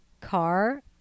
car